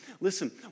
Listen